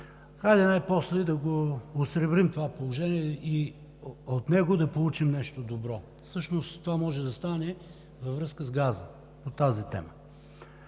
Хайде най-после да го осребрим това положение и от него да получим нещо добро. Всъщност това може да стане във връзка с газа по тази тема.